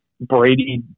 Brady